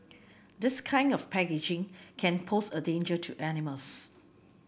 this kind of packaging can pose a danger to animals